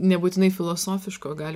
nebūtinai filosofiško gali